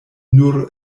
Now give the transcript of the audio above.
nur